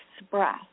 express